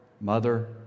mother